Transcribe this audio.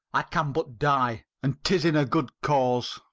i can but die, and tis in a good cause.